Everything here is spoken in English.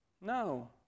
No